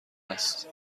است